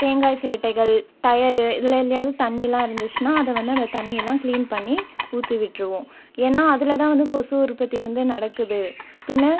தேங்காய் சுருட்டைகள் டயரு இதில் எதுலையாது தண்ணிலா இருந்துஷ்னா அதை வந்து அந்த தண்ணியெல்லாம் கிளீன் பண்ணி ஊற்றி விட்டுருவோம் ஏனா அதில் தான் வந்து கொசு உற்பத்தி வந்து நடக்குது பின்ன